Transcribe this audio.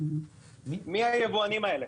מי היבואנים האלה